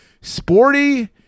Sporty